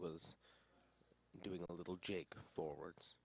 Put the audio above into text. was doing a little jig forwards